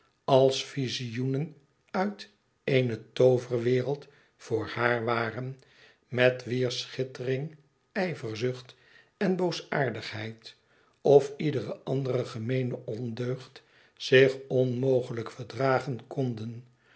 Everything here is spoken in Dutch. als visioenen uit eene tooverwereld voor haar waren met wier schittering ijverzucht en boosaardigheid of iedere andere gemeene ondeugd zich onmogelijk verdragen konden